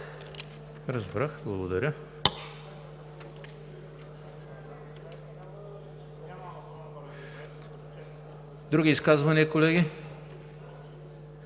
Разбрах, благодаря. Други изказвания, колеги?